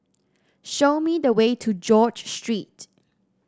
show me the way to George Street